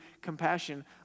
compassion